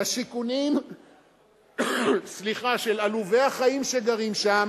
לשיכונים של עלובי-החיים שגרים שם,